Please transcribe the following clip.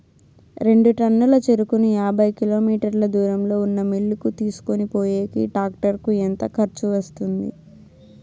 రెండు టన్నుల చెరుకును యాభై కిలోమీటర్ల దూరంలో ఉన్న మిల్లు కు తీసుకొనిపోయేకి టాక్టర్ కు ఎంత ఖర్చు వస్తుంది?